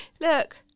Look